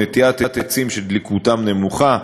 נטיעת עצים שדליקותם נמוכה,